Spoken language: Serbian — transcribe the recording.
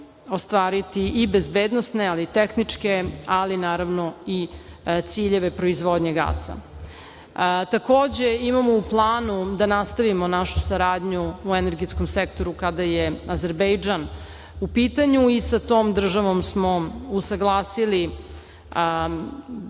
ostvariti i bezbednosne, ali i tehničke, ali naravno i ciljeve proizvodnje gasa. Takođe, imamo u planu da nastavimo našu saradnju u energetskom sektoru kada je Azerbejdžan u pitanju. Sa tom državom smo usaglasili